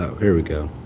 here we go.